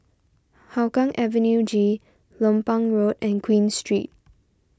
Hougang Avenue G Lompang Road and Queen Street